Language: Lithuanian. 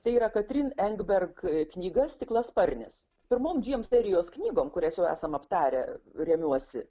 tai yra katrine engberg knyga stiklasparnis pirmom dviem serijos knygom kurias jau esam aptarę remiuosi